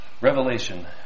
Revelation